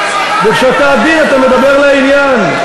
כשאתה עדין אתה מדבר לעניין,